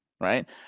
right